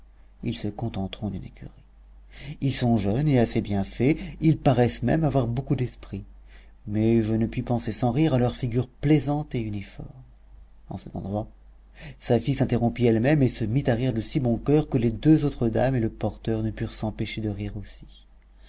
ils se contenteront d'une écurie ils sont jeunes et assez bien faits ils paraissent même avoir beaucoup d'esprit mais je ne puis penser sans rire à leur figure plaisante et uniforme en cet endroit safie s'interrompit elle-même et se mit à rire de si bon coeur que les deux autres dames et le porteur ne purent s'empêcher de rire aussi